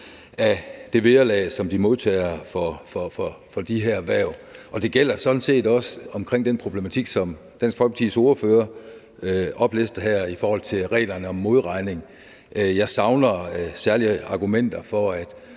de her hverv, skal være skattefrie. Og det gælder sådan set også for den problematik, som Dansk Folkepartis ordfører oplistede her i forhold til reglerne om modregning. Jeg savner særlig argumenter for, at